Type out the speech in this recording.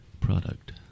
product